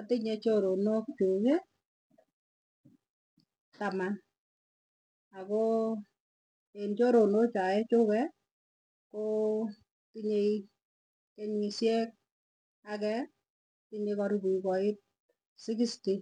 Atinye choronok chuukii taman akoo eng' choronok chae chuge kooo tinyei kenyisyek agee tinye karipu koit sixty,